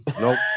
Nope